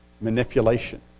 manipulation